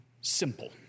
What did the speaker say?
simple